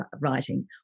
writing